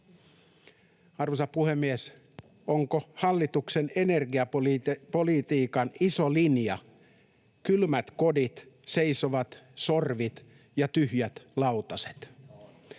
Arvoisa puhemies! Onko hallituksen energiapolitiikan iso linja ”kylmät kodit, seisovat sorvit ja tyhjät lautaset”?